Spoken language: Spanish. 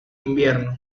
invierno